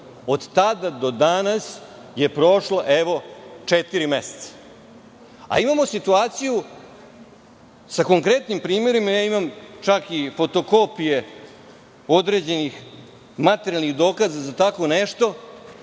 Od tada do danas je prošlo četiri meseca. Imamo situaciju sa konkretnim primerima, imam čak i fotokopije određenih materijalnih dokaza za tako nešto,